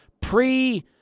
pre